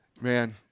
man